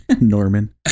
Norman